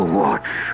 watch